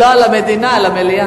לא על המדינה, על המליאה.